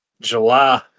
July